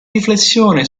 riflessione